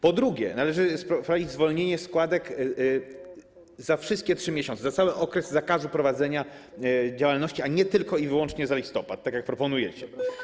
Po drugie, należy wprowadzić zwolnienie ze składek za wszystkie 3 miesiące, za cały okres zakazu prowadzenia działalności, a nie tylko i wyłącznie za listopad, tak jak proponujecie.